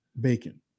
bacon